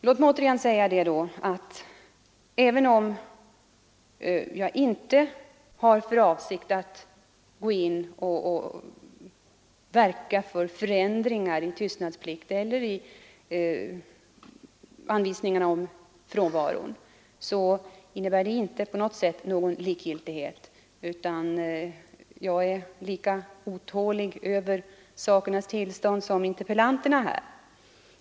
Låt mig än en gång säga att även om jag inte för närvarande har för avsikt att verka för någon förändring i tystnadsplikten eller när det gäller anvisningarna om redovisning av frånvaro, så innebär inte det att jag är likgiltig för dessa frågor. Jag är lika otillfredsställd med sakernas tillstånd som interpellanterna.